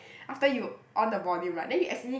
after you on the volume right then you accidentally